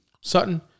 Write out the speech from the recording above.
Sutton